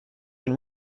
can